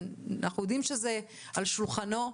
אנחנו יודעים שזה על שולחנו,